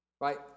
right